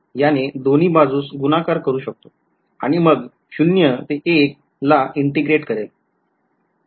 तर मी याने दोन्ही बाजूस गुणाकार करू शकतो आणि मग शून्य ० ते एक १ ला integrate करेल